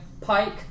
Pike